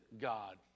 God